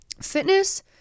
Fitness